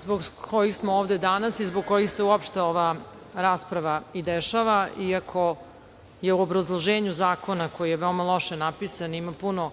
zbog kojih smo ovde danas i zbog kojih se uopšte ova rasprava i dešava, iako u obrazloženju zakona, koji je veoma loše napisan, ima puno